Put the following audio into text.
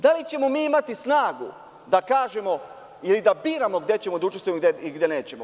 Da li ćemo mi imati snagu da kažemo ili da biramo gde ćemo da učestvujemo i gde nećemo?